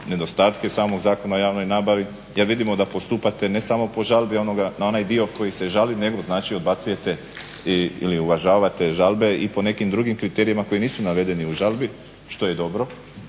nedostatke samog Zakona o javnoj nabavi jer vidimo da postupate ne samo po žalbi onoga na onaj dio koji se žali nego znači odbacujete i/ili uvažavate žalbe i po nekim drugim kriterijima koji nisu navedeni u žalbi, što je dobro.